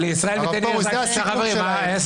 הרב פרוש, זה הסיכום שלהם.